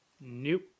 Nope